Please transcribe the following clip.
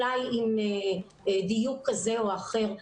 אולי עם דיוק כזה או אחר,